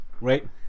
Right